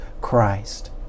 Christ